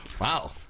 Wow